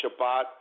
Shabbat